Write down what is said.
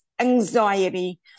anxiety